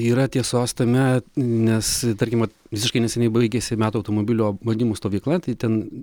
yra tiesos tame nes tarkim visiškai neseniai baigėsi metų automobilio bandymų stovykla tai ten